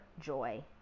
joy